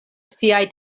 siaj